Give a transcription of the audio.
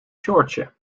shortje